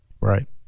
Right